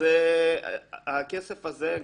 הכסף הזה,